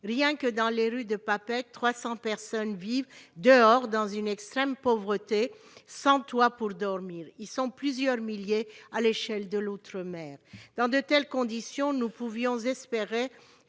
Rien que dans les rues de Papeete, 300 personnes vivent dehors, dans une extrême pauvreté, sans toit pour dormir. Ils sont plusieurs milliers à l'échelle de l'outre-mer. Dans de telles conditions, nous pouvions espérer